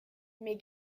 mais